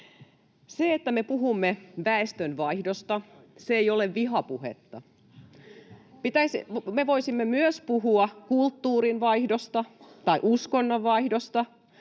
Se, että me puhumme väestönvaihdosta, ei ole vihapuhetta. [Eduskunnasta: Kyllä on!] Me voisimme myös puhua kulttuurinvaihdosta tai uskonnonvaihdosta.